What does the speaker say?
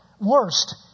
worst